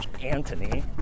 Anthony